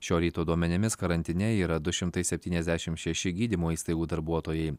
šio ryto duomenimis karantine yra du šimtai septyniasdešim šeši gydymo įstaigų darbuotojai